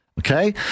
Okay